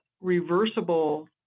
reversible